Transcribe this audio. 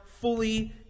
fully